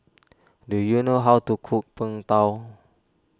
do you know how to cook Png Tao